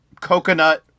coconut